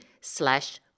slash